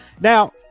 now